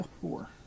Four